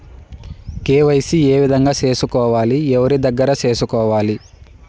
KYC ఏ విధంగా సేసుకోవాలి? ఎవరి దగ్గర సేసుకోవాలి?